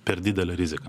per didelė rizika